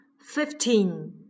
fifteen